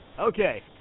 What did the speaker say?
Okay